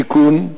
השיכון,